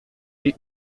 est